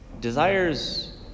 desires